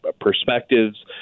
perspectives